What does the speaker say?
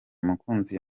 mukunzi